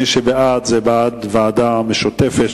מי שבעד, זה בעד ועדה משותפת,